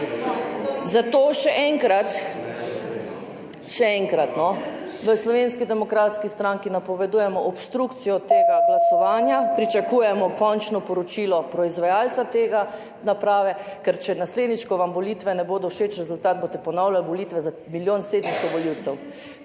Zato še enkrat v Slovenski demokratski stranki napovedujemo obstrukcijo tega glasovanja, pričakujemo končno poročilo proizvajalca te naprave. Ker naslednjič, ko vam volitve ne bodo všeč, rezultat, boste ponavljali volitve za milijon 700 volivcev.